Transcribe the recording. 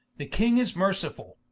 the king is mercifull,